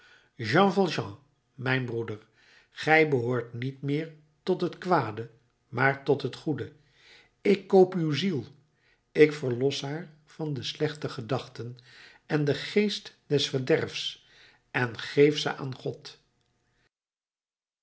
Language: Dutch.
mijn broeder gij behoort niet meer tot het kwade maar tot het goede ik koop uw ziel ik verlos haar van de slechte gedachten en den geest des verderfs en geef ze aan god